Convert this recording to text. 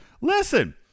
Listen